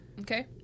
Okay